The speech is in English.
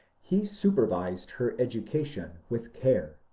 he supervised her education with care,